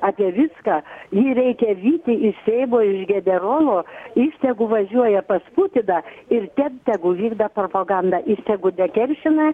apie viską jį reikia vyti iš seimo iš generolo jis tegu važiuoja pas putiną ir ten tegu vykdo propagandą jis tegu nekeršina